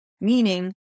Meaning